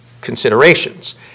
considerations